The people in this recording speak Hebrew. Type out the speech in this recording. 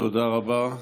תודה רבה.